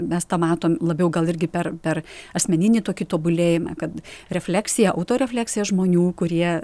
mes tą matom labiau gal irgi per per asmeninį tokį tobulėjimą kad refleksija auto refleksija žmonių kurie